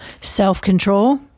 Self-control